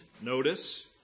notice